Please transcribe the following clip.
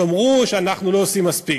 תאמרו שאנחנו לא עושים מספיק,